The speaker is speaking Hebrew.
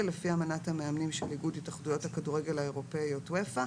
לפי אמנת המאמנים של איגוד התאחדויות הכדורגל האירופיות (אופ"א),